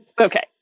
okay